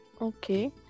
Okay